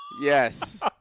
Yes